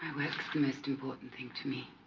the most important thing to me